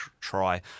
try